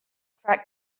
track